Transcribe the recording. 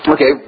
Okay